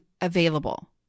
available